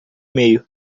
mail